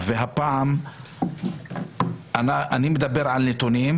הפעם אני הייתי צריך לחפש בנרות,